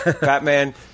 batman